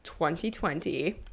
2020